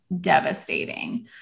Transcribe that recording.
devastating